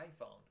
iPhone